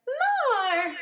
more